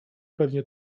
pewnie